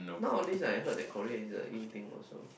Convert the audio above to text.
nowadays I heard the Korea is the in thing also